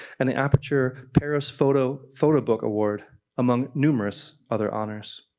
and the aperture-paris photo photobook award among numerous other honors.